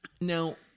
now